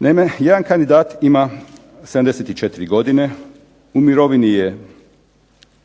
Naime, jedan kandidat ima 74 godine, u mirovini je